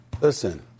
Listen